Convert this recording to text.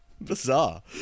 Bizarre